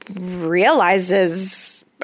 realizes